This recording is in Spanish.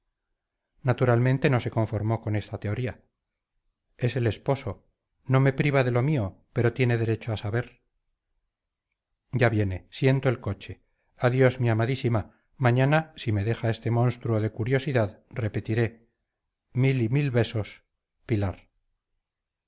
naturalmente no se conformó con esta teoría es el esposo no me priva de lo mío pero tiene derecho a saber ya viene siento el coche adiós mi amadísima mañana si me deja este monstruo de curiosidad repetiré mil y mil besos pilar